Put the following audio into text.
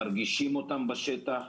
מרגישים אותם בשטח.